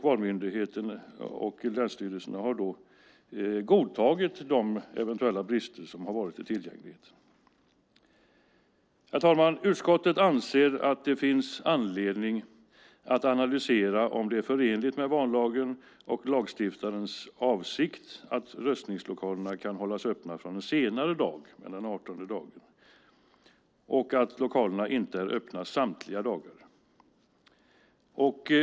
Valmyndigheten och länsstyrelserna har då godtagit de eventuella brister som varit i tillgänglighet. Herr talman! Utskottet anser att det finns anledning att analysera om det är förenligt vallagen och lagstiftarens avsikt att röstningslokalerna kan hållas öppna från en senare dag än 18:e dagen före valdagen och att lokalerna inte är öppna samtliga dagar.